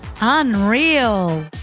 Unreal